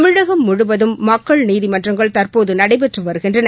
தமிழகம் முழுவதும் மக்கள் நீதிமன்றங்கள் தற்போது நடைபெற்று வருகின்றன